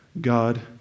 God